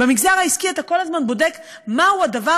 במגזר העסקי אתה כל הזמן בודק מהו הדבר